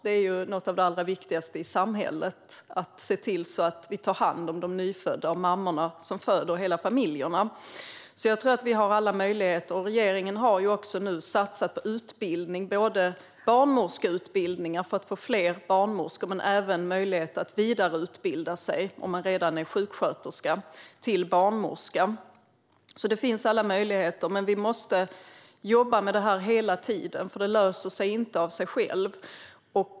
Det är något av det allra viktigaste i samhället: att se till att vi tar hand om de nyfödda och de mammor som föder och hela familjerna. Jag tror därför att vi har alla möjligheter. Regeringen har nu också satsat på barnmorskeutbildningen för att vi ska få fler barnmorskor. Men det handlar även om möjligheten för sjuksköterskor att vidareutbilda sig till barnmorskor. Det finns alltså alla möjligheter. Men vi måste hela tiden jobba med detta, för det löser sig inte av sig självt.